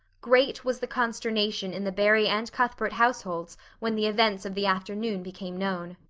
great was the consternation in the barry and cuthbert households when the events of the afternoon became known.